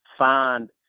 find